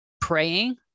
praying